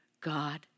God